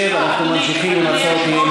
שב, אנחנו ממשיכים עם הצעות האי-אמון.